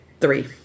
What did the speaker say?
Three